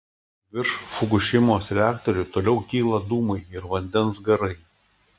virš fukušimos reaktorių toliau kyla dūmai ir vandens garai